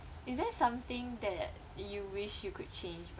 is there something that you wish you could change